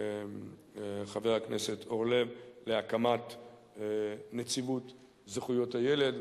חבר הכנסת אורלב להקמת נציבות זכויות הילד.